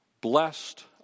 Blessed